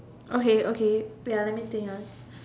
okay okay wait let me think